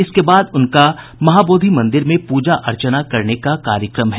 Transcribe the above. इसके बाद उनका महाबोधि मंदिर में पूजा अर्चना करने का कार्यक्रम है